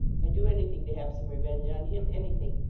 i'd do anything to have some revenge on him anything.